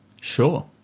Sure